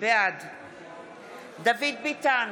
בעד דוד ביטן,